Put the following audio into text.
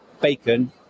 bacon